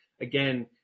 again